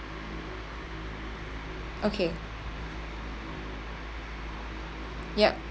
okay yup